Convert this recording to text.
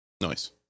Nice